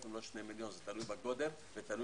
אם לא שני מיליון - זה תלוי בגודל ובמקום.